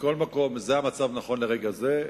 מכל מקום, זה המצב נכון לרגע זה.